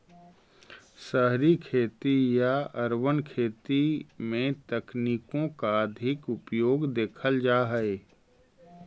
शहरी खेती या अर्बन खेती में तकनीकों का अधिक उपयोग देखल जा हई